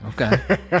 Okay